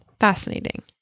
Fascinating